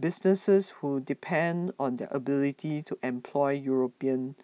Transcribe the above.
businesses who depend on their ability to employ European